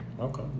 Okay